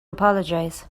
apologize